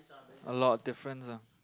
a lot of difference ah